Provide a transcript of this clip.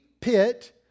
pit